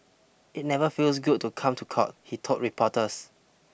it never feels good to come to court he told reporters